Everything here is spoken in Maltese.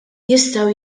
jistgħu